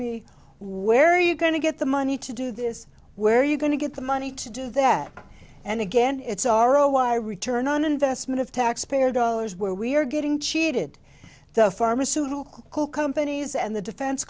me where are you going to get the money to do this where are you going to get the money to do that and again it's r o y return on investment of taxpayer dollars where we're getting cheated the pharmaceutical companies and the defen